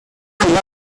the